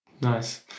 nice